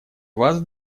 вас